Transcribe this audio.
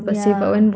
yeah